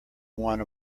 one